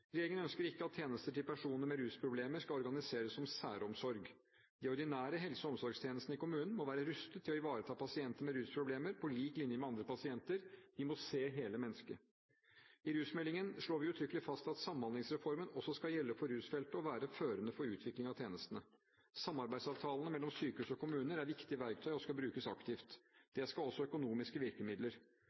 Regjeringen ønsker ikke at tjenester til personer med rusproblemer skal organiseres som særomsorg. De ordinære helse- og omsorgstjenestene i kommunen må være rustet til å ivareta pasienter med rusproblemer, på lik linje med andre pasienter. De må se hele mennesket. I rusmeldingen slår vi uttrykkelig fast at Samhandlingsreformen også skal gjelde for rusfeltet og være førende for utvikling av tjenestene. Samarbeidsavtalene mellom sykehus og kommuner er viktige verktøy og skal brukes aktivt. Det skal også økonomiske virkemidler.